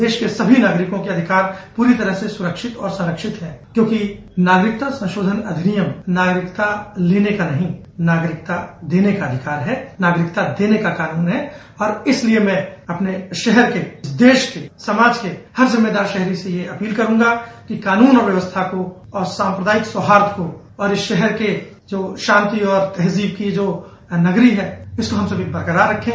देश के सभी नागरिकों के अधिकार पूरी तरह से सुरक्षित हैं और संरक्षित हैं क्योंकि नागरिकता संशोधन अधिनियम नागरिकता लेने का नहीं नागरिकता देने का कान्न है और इसलिए हम अपने शहर के देश को समाज के हर जिम्मेदार शहरी से यह अपील करूंगा कि कानून व्यवस्था को और साम्प्रदायिक सौहार्द को और इस शहर के जो शांति और तहजीब की जो नगरी है उसे हम सब बरकरार रखें